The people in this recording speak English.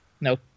No